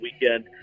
weekend